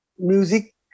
Music